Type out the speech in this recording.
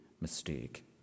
mistake